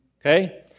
Okay